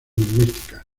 lingüística